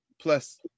plus